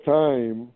time